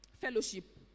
fellowship